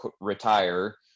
retire